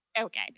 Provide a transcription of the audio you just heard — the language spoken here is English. okay